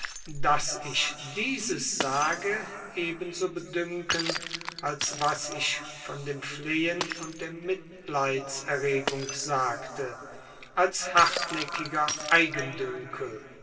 daß ich dieses sage ebenso bedünken als was ich von dem flehen und der mitleidserregung sagte als hartnäckiger